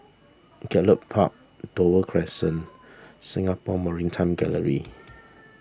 Gallop Park Dover Crescent Singapore Maritime Gallery